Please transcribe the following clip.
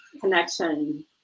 connection